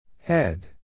Head